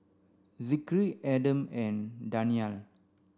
Zikri Adam and Danial